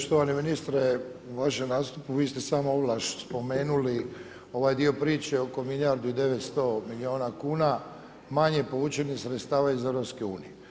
Štovani ministre, u vašem nastupu vi ste samo ovlaš spomenuli ovaj dio priče oko milijardu i 900 milijuna kuna manje povućenih sredstava iz EU.